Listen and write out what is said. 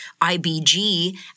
IBG